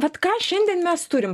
vat ką šiandien mes turim